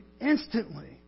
instantly